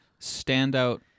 standout